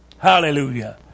Hallelujah